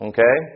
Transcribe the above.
Okay